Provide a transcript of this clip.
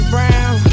Brown